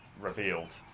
revealed